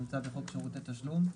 נמצא בחוק שירות התשלום.